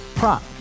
Prop